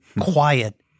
quiet